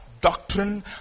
doctrine